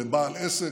לבעל עסק,